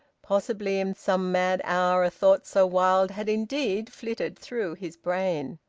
possibly in some mad hour a thought so wild had indeed flitted through his brain.